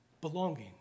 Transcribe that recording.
belonging